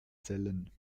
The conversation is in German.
zellen